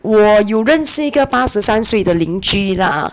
我有认识一个八十三岁的邻居 lah